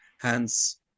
hence